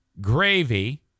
Gravy